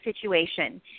situation